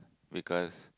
because